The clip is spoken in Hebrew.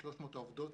300 עובדות